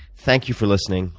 thank you for listening,